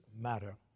matter